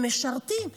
ומשרתים.